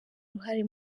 uruhare